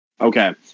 Okay